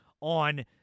on